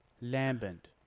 Lambent